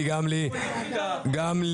ומבחינתי אין שום דבר מוחלט,